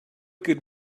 good